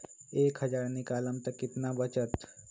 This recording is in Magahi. एक हज़ार निकालम त कितना वचत?